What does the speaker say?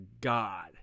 God